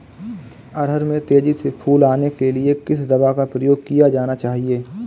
अरहर में तेजी से फूल आने के लिए किस दवा का प्रयोग किया जाना चाहिए?